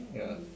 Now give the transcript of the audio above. ya